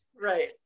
Right